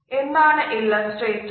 എന്താണ് ഇലസ്ട്രേറ്റർസ്